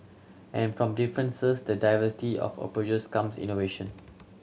and from differences the diversity of approaches comes innovation